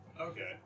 okay